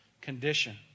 condition